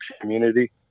community